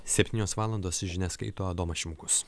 septynios valandos žinias skaito adomas šimkus